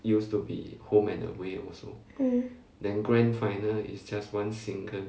it used to be home and away also then grand final is just one single